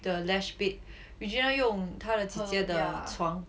the lash bed regina 用她的姐姐的床